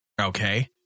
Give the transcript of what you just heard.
okay